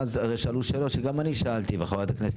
ואז עלו שאלות שגם אני שאלתי וחברת הכנסת